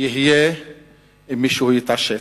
יהיה אם מישהו יתעשת.